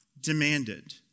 demanded